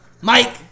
Mike